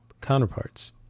counterparts